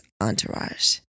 Entourage